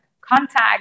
contact